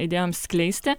idėjoms skleisti